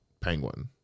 Penguin